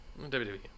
WWE